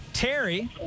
Terry